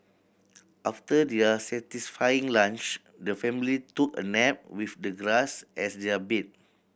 after their satisfying lunch the family took a nap with the grass as their bed